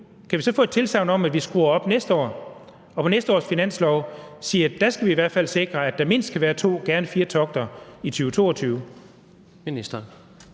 kan vi så få et tilsagn om, at vi skruer op for det næste år, og at vi på næste års finanslov sikrer, at der mindst skal være to, men gerne fire togter i 2022?